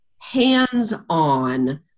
hands-on